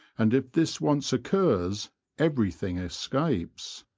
and if this once occurs everything escapes.